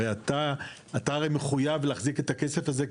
הרי אתה הרי מחויב להחזיק את הכסף הזה,